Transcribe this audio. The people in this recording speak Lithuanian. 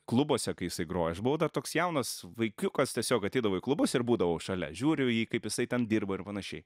klubuose kai jisai grojo aš buvau dar toks jaunas vaikiukas tiesiog ateidavo į klubus ir būdavau šalia žiūriu į jį kaip jisai ten dirba ir panašiai